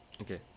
okay